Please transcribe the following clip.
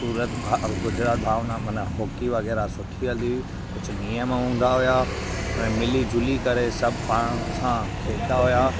सूरत गुजरात भावना माना हॉकी वग़ैरह सुठी हली कुझु नियम हूंदा हुआ भई मिली झुली करे सभु पाण सां खेॾंदा हुआ